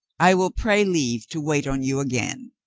i will pray leave to wait on you again.